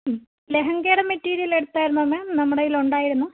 ഉം ലെഹങ്കയുടെ മെറ്റീരിയൽ എടുത്തായിരുന്നോ മാം നമ്മുടെ കയ്യിൽ ഉണ്ടായിരുന്നു